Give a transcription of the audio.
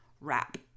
wrap